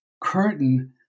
curtain